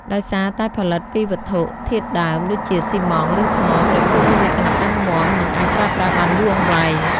ដោយសារតែផលិតពីវត្ថុធាតុដើមដូចជាស៊ីម៉ងត៍ ឬថ្ម ព្រះភូមិមានលក្ខណៈរឹងមាំ និងអាចប្រើប្រាស់បានយូរអង្វែង។